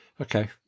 okay